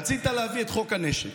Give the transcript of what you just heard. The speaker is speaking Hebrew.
רצית להביא את חוק הנשק,